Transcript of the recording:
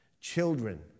Children